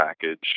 package